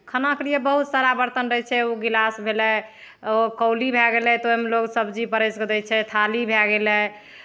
खानाके लिए बहुत सारा बरतन रहै छै ओ गिलास भेलै ओ कौली भए गेलै तऽ ओहिमे लोग सबजी परसि कऽ दै छै थाली भए गेलै